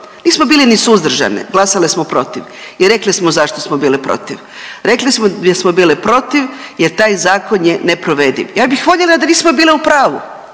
nismo bili ni suzdržani, glasali smo protiv i rekli smo zašto smo bili protiv. Rekli smo jer smo bili protiv, jer taj zakon je neprovediv. Ja bih voljela da nismo bile u pravu.